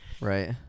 Right